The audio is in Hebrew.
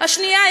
השנייה,